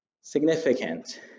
significant